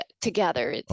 together